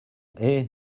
est